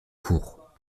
court